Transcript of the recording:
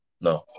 no